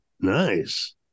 Nice